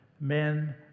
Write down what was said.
Men